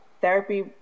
therapy